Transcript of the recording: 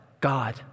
God